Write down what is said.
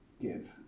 give